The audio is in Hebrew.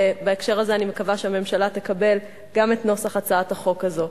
ובהקשר הזה אני מקווה שהממשלה תקבל גם את נוסח הצעת החוק הזאת.